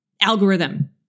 Algorithm